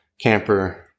camper